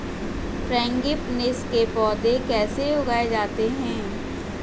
Frangipanis के पौधे कैसे उगाए जाते हैं?